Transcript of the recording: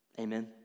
Amen